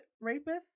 rapist